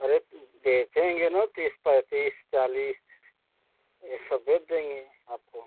अरे बेचेंगे ना तीस पैंतीस चालीस है सब बेच देंगे आपको